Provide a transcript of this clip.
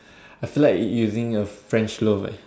I feel like using a French-loaf eh